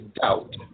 doubt